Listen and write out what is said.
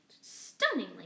stunningly